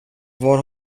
var